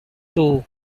two